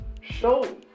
show